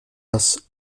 das